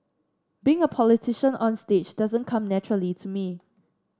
being a politician onstage doesn't come naturally to me